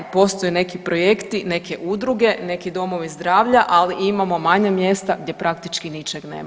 Postoje neki projekti, neke udruge, neki domovi zdravlja, ali imamo manja mjesta gdje praktički ničeg nema.